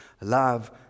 Love